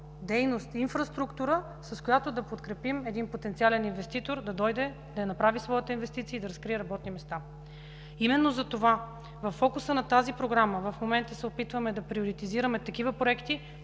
дейност, инфраструктура, с която да подкрепим един потенциален инвеститор да дойде, да направи своята инвестиция и да разкрие работни места. Именно затова във фокуса на тази Програма в момента се опитваме да приоритизираме такива проекти,